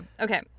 okay